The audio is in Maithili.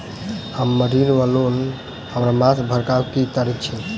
हम्मर ऋण वा लोन हरमास भरवाक की तारीख अछि?